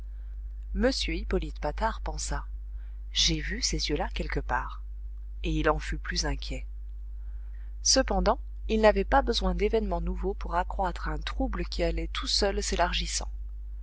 m hippolyte patard pensa j'ai vu ces yeux-là quelque part et il en fut plus inquiet cependant il n'avait pas besoin d'événement nouveau pour accroître un trouble qui allait tout seul s'élargissant